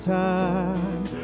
time